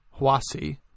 Huasi